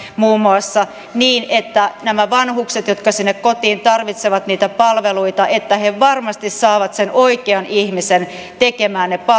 muun muassa niin että nämä vanhukset jotka sinne kotiin tarvitsevat niitä palveluita varmasti saavat sen oikean ihmisen tekemään ne palvelut